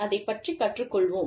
அதைப் பற்றி கற்றுக்கொள்வோம்